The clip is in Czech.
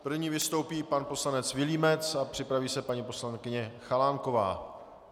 První vystoupí pan poslanec Vilímec a připraví se paní poslankyně Chalánková.